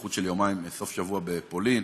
משליחות של יומיים, סוף שבוע בפולין.